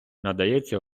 надається